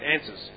answers